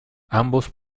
ambos